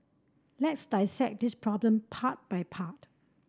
let's dissect this problem part by part